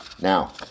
Now